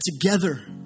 together